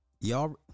Y'all